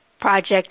Project